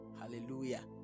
hallelujah